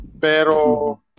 Pero